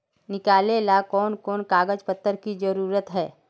निकाले ला कोन कोन कागज पत्र की जरूरत है?